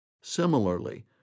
Similarly